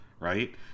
right